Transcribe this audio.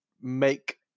make